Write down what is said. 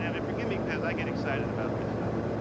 and forgive me, because i get excited about this stuff.